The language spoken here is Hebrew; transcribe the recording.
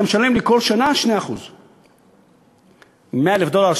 אתה משלם לי כל שנה 2%. מ-100,000 דולר,